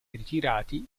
ritirati